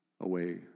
away